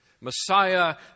messiah